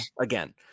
again